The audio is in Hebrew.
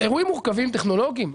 אירועים מורכבים טכנולוגית,